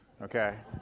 Okay